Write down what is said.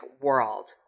world